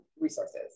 resources